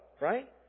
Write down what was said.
right